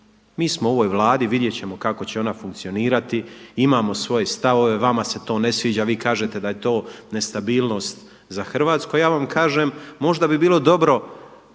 Mi smo u ovoj Vladi, vidjet ćemo kako će ona funkcionirati, imamo svoje stavove, vama se to ne sviđa, vi kažete da je to nestabilnost za Hrvatsku a ja vam kažem možda bi bilo dobro